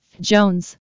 Jones